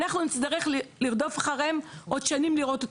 אנחנו נצטרך לרדוף אחריהם עוד שנים ולראות את